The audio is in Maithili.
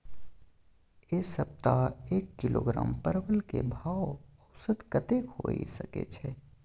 ऐ सप्ताह एक किलोग्राम परवल के भाव औसत कतेक होय सके छै?